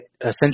essentially